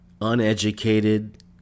uneducated